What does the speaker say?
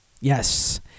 Yes